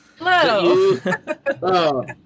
Hello